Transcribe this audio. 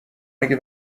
اگه